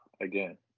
again